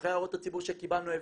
שאחרי הערות הציבור שקיבלנו הבנו,